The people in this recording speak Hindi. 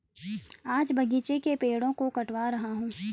आज बगीचे के पेड़ों को कटवा रहा हूं